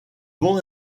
bons